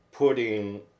Putting